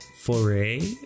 foray